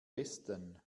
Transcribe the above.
besten